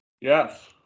Yes